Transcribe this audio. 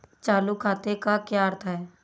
चालू खाते का क्या अर्थ है?